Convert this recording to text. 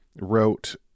wrote